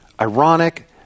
ironic